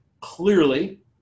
Clearly